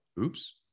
oops